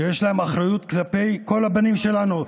שיש להם אחריות כלפי כל הבנים שלנו,